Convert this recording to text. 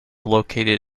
located